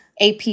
AP